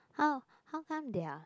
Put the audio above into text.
how how come they are